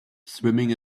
swimming